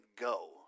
go